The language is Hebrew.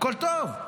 הכול טוב.